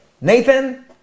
Nathan